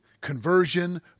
conversion